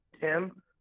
Tim